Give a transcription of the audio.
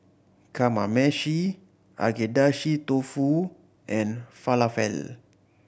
Kamameshi Agedashi Dofu and Falafel